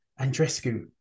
Andrescu